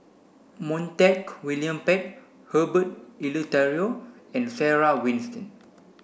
Montague William Pett Herbert Eleuterio and Sarah